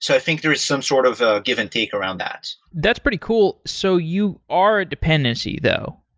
so i think there's some sort of ah give and take around that. that's pretty cool. so you are a dependency though?